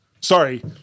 Sorry